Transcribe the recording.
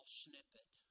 snippet